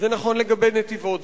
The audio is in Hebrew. זה נכון לגבי נתיבות,